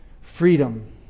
Freedom